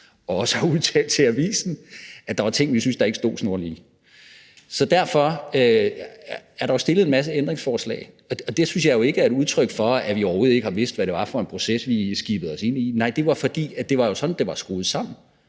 også har udtalt til avisen, at der var ting, vi ikke syntes stod snorlige. Derfor er der jo stillet en masse ændringsforslag, og det synes jeg ikke er et udtryk for, at vi overhovedet ikke har vidst, hvad det var for en proces, vi skibede os ind i. Nej, det var, fordi det jo var sådan, det var skruet sammen: